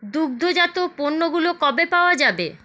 দুগ্ধজাত পণ্যগুলো কবে পাওয়া যাবে